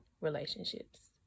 relationships